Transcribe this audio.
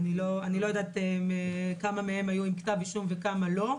אני לא יודעת כמה מהם היו עם כתב אישום וכמה לא.